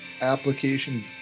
application